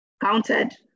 counted